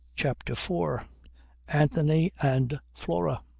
chapter four anthony and flora